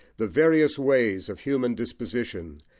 the various ways of human disposition,